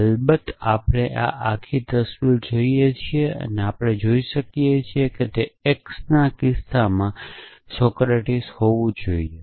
અલબત્ત આપણે આ આખી તસવીર જોઈએ છીએ અને આપણે જોઈ શકીએ છીએ કે તે X ના કિસ્સામાં સોક્રેટિક હોવું જ જોઈએ